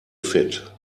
fit